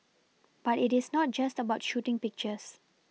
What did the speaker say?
but it is not just about shooting pictures